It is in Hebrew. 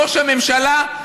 ראש הממשלה,